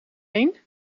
één